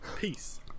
Peace